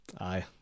Aye